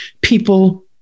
people